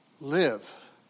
live